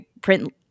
print